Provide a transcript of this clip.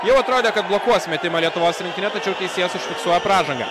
jau atrodė kad blokuos metimą lietuvos rinktinė tačiau teisėjas užfiksuoja pražangą